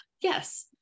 yes